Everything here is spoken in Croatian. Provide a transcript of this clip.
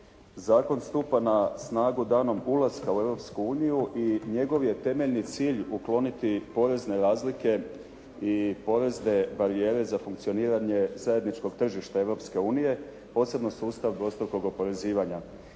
Zakon stupa na snagu danom ulaska u Europsku uniju i njegov je temeljni cilj ukloniti porezne razlike i porezne barijere za funkcioniranje zajedničkog tržišta Europske unije posebno sustav dvostrukog oporezivanja.